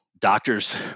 doctors